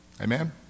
amen